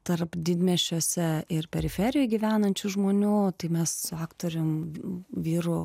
tarp didmiesčiuose ir periferijoj gyvenančių žmonių tai mes su aktoriumi vyru